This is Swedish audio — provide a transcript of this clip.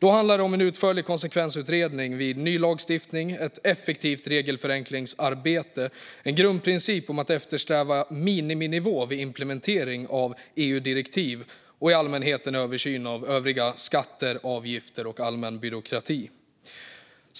Det handlar om att göra en utförlig konsekvensutredning vid ny lagstiftning och om effektivt regelförenklingsarbete, en grundprincip om att eftersträva miniminivå vid implementering av EU-direktiv och i allmänhet en översyn av övriga skatter, avgifter och allmän byråkrati.